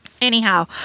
anyhow